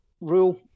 rule